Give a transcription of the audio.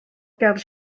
ger